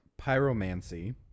pyromancy